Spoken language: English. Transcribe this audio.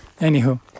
Anywho